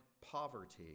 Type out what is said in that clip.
poverty